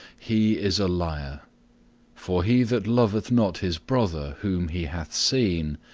he is a liar for he that loveth not his brother whom he hath seen,